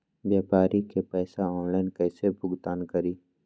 व्यापारी के पैसा ऑनलाइन कईसे भुगतान करी?